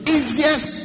Easiest